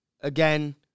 again